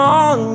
on